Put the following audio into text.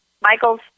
Michael's